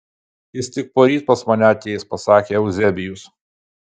jis tik poryt pas mane ateis pasakė euzebijus